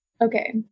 Okay